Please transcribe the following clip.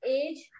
age